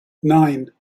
nine